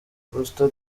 costa